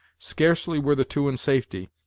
scarcely were the two in safety,